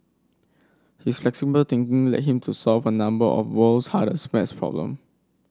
his flexible thinking led him to solve a number of world's hardest maths problem